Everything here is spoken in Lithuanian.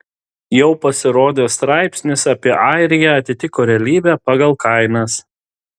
jau pasirodęs straipsnis apie airiją atitiko realybę pagal kainas